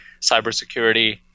cybersecurity